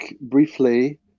briefly